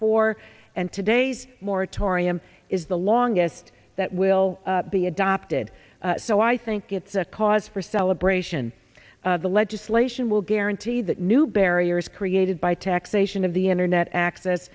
four and today's moratorium is the longest that will be adopted so i think it's a cause for celebration the legislation will guarantee that new barriers created by taxation of the internet access